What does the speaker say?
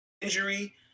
injury